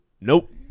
nope